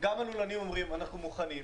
גם הלולנים אומרים שהם מוכנים.